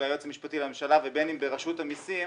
היועץ המשפטי לממשלה ובין אם ברשות המסים,